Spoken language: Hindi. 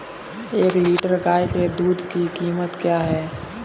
एक लीटर गाय के दूध की कीमत क्या है?